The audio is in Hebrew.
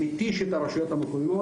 מתיש את הרשויות המקומיות.